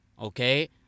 okay